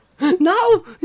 No